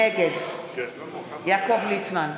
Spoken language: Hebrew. נגד יעקב ליצמן,